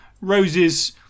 Rose's